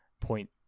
point